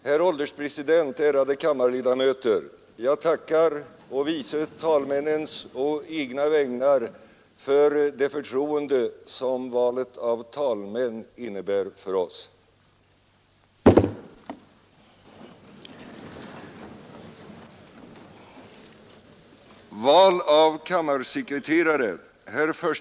Herr ålderspresident, ärade kammarledamöter! Jag tackar å vice talmännens och å egna vägnar för det förtroende som valet av talmän innebär för oss.